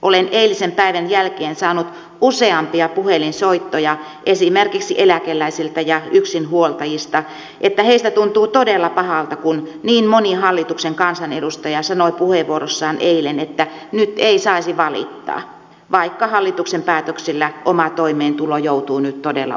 olen eilisen päivän jälkeen saanut useampia puhelinsoittoja esimerkiksi eläkeläisiltä ja yksinhuoltajilta että heistä tuntuu todella pahalta kun niin moni hallituksen kansanedustaja sanoi puheenvuorossaan eilen että nyt ei saisi valittaa vaikka hallituksen päätöksillä oma toimeentulo joutuu nyt todella uhatuksi